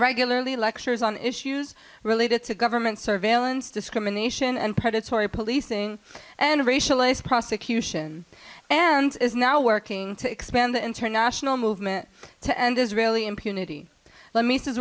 regularly lectures on issues related to government surveillance discrimination and predatory policing and racial ice prosecution and is now working to expand the international movement to end israeli impunity let me s